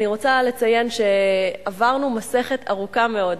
אני רוצה לציין שעברנו מסכת ארוכה מאוד.